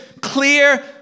clear